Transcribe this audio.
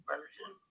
Version